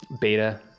beta